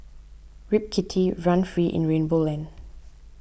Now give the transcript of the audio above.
rip kitty run free in rainbow land